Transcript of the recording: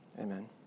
Amen